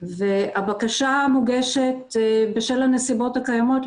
הבקשה מוגשת בשל הנסיבות הקיימות.